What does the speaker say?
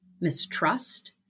mistrust